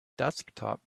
desktop